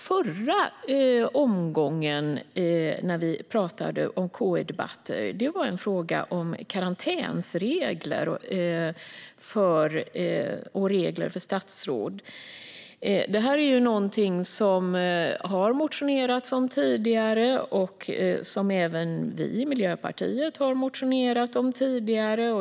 Förra gången som vi debatterade detta tog vi upp en fråga om karantänsregler för statsråd. Detta är någonting som det har motionerats om tidigare och som även vi i Miljöpartiet har motionerat om tidigare.